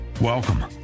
Welcome